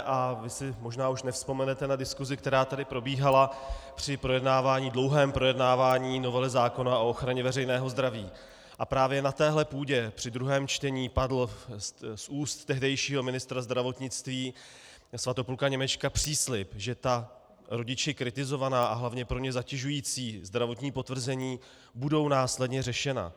A vy si možná už nevzpomenete na diskusi, která tady probíhala při dlouhém projednávání novely zákona o ochraně veřejného zdraví, a právě na téhle půdě při druhém čtení padl z úst tehdejšího ministra zdravotnictví Svatopluka Němečka příslib, že ta rodiči kritizovaná a hlavně pro ně zatěžující zdravotní potvrzení budou následně řešena.